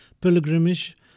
pilgrimage